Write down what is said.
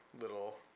little